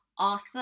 author